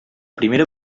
primera